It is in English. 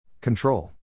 Control